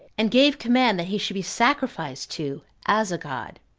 and gave command that he should be sacrificed to as a god.